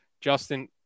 justin